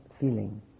feeling